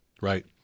Right